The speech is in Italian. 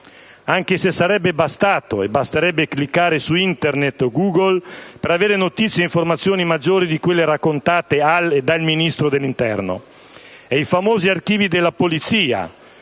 Anche se sarebbe bastato e basterebbe cliccare su Internet o Google per avere notizie e informazioni maggiori di quelle raccontate al e dal Ministro dell'interno. E i famosi archivi della Polizia,